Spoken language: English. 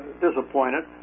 disappointed